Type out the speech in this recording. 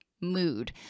mood